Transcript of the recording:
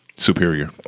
Superior